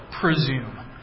presume